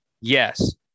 yes